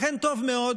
לכן טוב מאוד